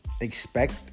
expect